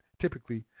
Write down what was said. Typically